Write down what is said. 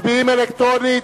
מצביעים אלקטרונית.